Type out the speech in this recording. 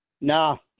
No